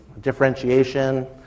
differentiation